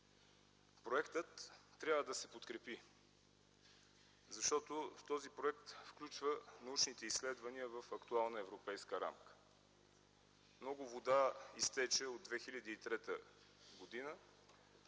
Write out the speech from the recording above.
проектът трябва да се подкрепи, защото този проект включва научните изследвания в актуална европейска рамка. Много вода изтече от 2003 г. За